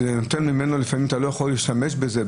לפעמים אתה לא יכול להשתמש בזה,